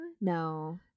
No